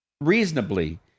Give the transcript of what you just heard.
reasonably